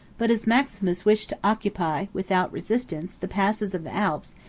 but as maximus wished to occupy, without resistance, the passes of the alps,